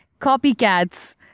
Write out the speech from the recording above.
copycats